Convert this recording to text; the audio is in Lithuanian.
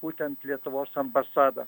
būtent lietuvos ambasadą